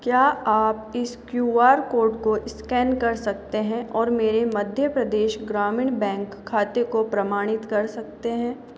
क्या आप इस क्यू आर कोड को स्कैन कर सकते हैं और मेरे मध्य प्रदेश ग्रामीण बैंक खाते को प्रमाणित कर सकते हैं